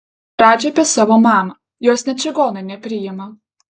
radži apie savo mamą jos net čigonai nepriima